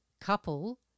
couple